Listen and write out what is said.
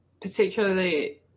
particularly –